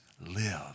live